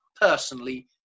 personally